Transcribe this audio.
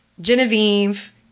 Genevieve